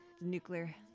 nuclear